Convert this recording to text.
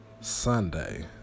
Sunday